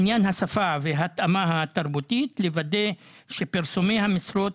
עניין השפה וההתאמה התרבותית לוודא שפרסומי המשרדות,